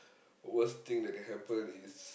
worst thing that can happen is